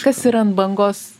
kas yra ant bangos